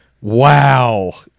Wow